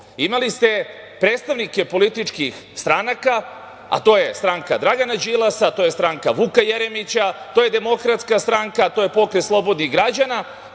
Imali ste predstavnike političkih stranaka, a to je stranka Dragana Đilasa, to je stranka Vuka Jeremića, to je Demokratska stranka, to je Pokret slobodnih građana